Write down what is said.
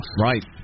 Right